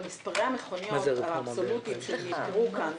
מספרי המכוניות האבסולוטיים שהוצגו כאן,